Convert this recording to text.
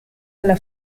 alla